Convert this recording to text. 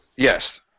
Yes